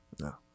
No